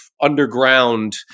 underground